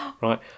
Right